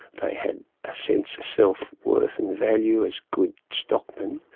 they had a sense of self-worth and value as good stockmen,